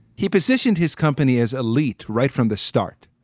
he positioned his company as elite right from the start.